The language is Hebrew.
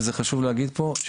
וזה חשוב להגיד פה,